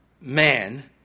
man